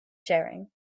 sharing